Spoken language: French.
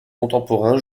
contemporain